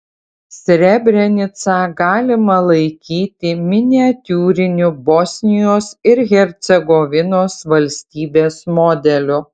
srebrenicą galima laikyti miniatiūriniu bosnijos ir hercegovinos valstybės modeliu